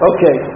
Okay